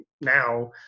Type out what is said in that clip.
now